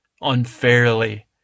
unfairly